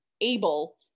able